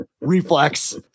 reflex